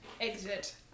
exit